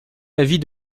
l’avis